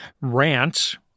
rants